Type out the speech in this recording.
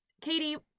Katie